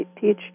teach